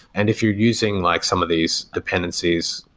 and if you're using like some of these dependencies,